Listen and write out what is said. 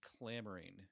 clamoring